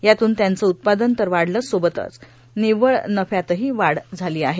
यातून त्यांचे उत्पादन तर वाढलेच सोबतच र्मानव्वळ नफ्यातही वाढ झाली आहे